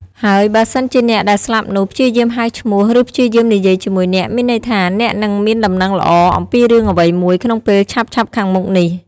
ហើយបើសិន ជាអ្នកដែលស្លាប់នោះ ព្យាយាមហៅឈ្មោះ ឬព្យាយាមនិយាយជាមួយអ្នក មានន័យថា អ្នកនឹងមានដំណឹងល្អ អំពីរឿងអ្វីមួយ ក្នុងពេលឆាប់ៗខាងមុខនេះ។